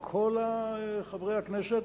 כל חברי הכנסת,